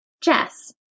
Jess